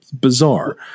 bizarre